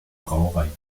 brauerei